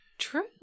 True